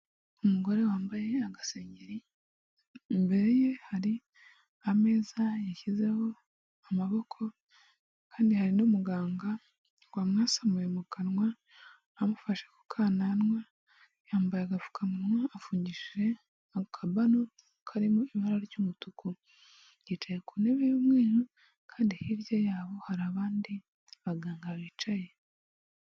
Umugore wambaye agasengeri, imbere ye hari ameza yashyizeho amaboko kandi hari n'umuganga wamwasamuye mu kanwa amufashe ku kananwa, yambaye agapfukamunwa afungishije akabano karimo ibara ry'umutuku, yicaye ku ntebe y'umweru kandi hirya yabo hari abandi baganga bicaye.